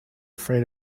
afraid